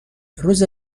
روز